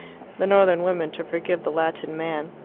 the northern woman to forgive the latin man.